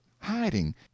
hiding